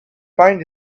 find